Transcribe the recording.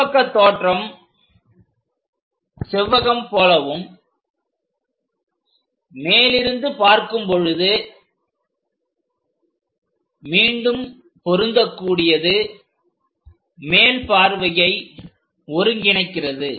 முன்பக்க தோற்றம் செவ்வகம் போலவும் மேலிருந்து பார்க்கும் பொழுது மீண்டும் பொருந்தக்கூடியது மேல் பார்வையை ஒருங்கிணைக்கிறது